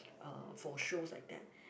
uh for shows like that